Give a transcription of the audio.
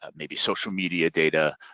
ah maybe social media data,